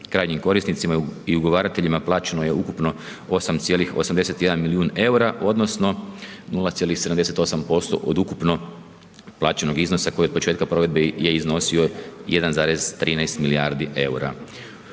Krajnjim korisnicima i ugovarateljima uplaćeno je ukupno 8,81 milijun eura, odnosno 0,78% od ukupno plaćenog iznosa koji je od početka provedbe je iznosio 1,13 milijardu eura.